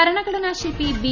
ഭരണഘടനാ ശില്പി ബി